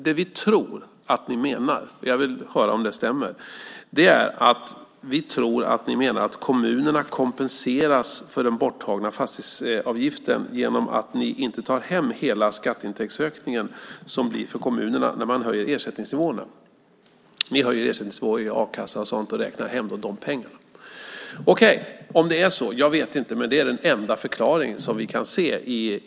Det vi tror att ni menar - och jag vill höra om det stämmer - är att kommunerna kompenseras för den borttagna fastighetsavgiften genom att ni inte tar hem hela den skatteintäktsökning som det blir för kommunerna när man höjer ersättningsnivåerna. Ni höjer ersättningsnivån på a-kassan och räknar hem de pengarna. Jag vet inte om det är så, men det är den enda förklaring vi kan se.